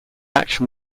action